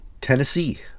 tennessee